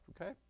okay